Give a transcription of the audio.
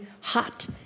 hot